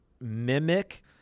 mimic